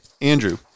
Andrew